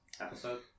episode